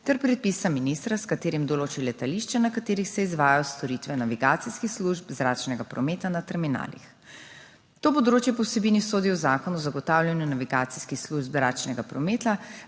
ter predpisa ministra, s katerim določi letališča, na katerih se izvajajo storitve navigacijskih služb zračnega prometa na terminalih. To področje po vsebini sodi v Zakon o zagotavljanju navigacijskih služb zračnega prometa,